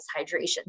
hydration